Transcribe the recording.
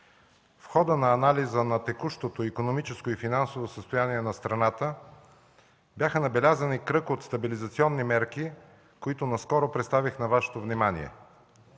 В хода на анализа на текущото икономическо и финансово състояние на страната бяха набелязани кръг от стабилизационни мерки, които наскоро представих на Вашето внимание.